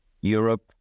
Europe